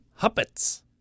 Huppets